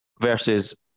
versus